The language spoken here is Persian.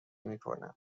میکنم